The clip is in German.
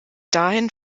dahin